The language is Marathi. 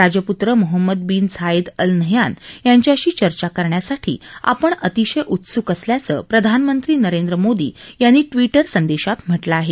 राजप्त्र Mohammed bin Zayed al Nahyan यांच्याशी चर्चा करण्यासाठी आपण अतिशय उत्स्क असल्याचं प्रधानमंत्री नरेंद्र मोदी यांनी ट्विटर संदेशात म्हटलं आहे